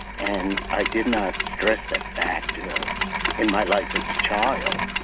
and i did not stress that fact in my life as a child.